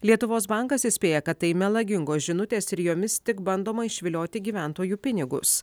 lietuvos bankas įspėja kad tai melagingos žinutės ir jomis tik bandoma išvilioti gyventojų pinigus